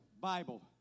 Bible